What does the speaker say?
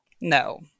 No